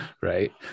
right